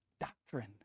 doctrine